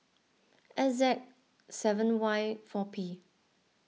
S Z seven Y four P